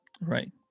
Right